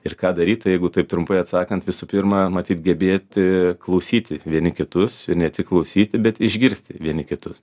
ir ką daryt tai jeigu taip trumpai atsakant visų pirma matyt gebėti klausyti vieni kitus ne tik klausyti bet išgirsti vieni kitus